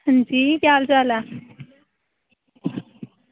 अंजी भैन केह् हाल चाल ऐ